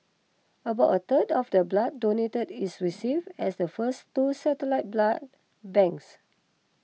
about a third of the blood donated is received at the first two satellite blood banks